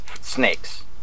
snakes